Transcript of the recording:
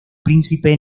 príncipe